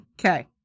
Okay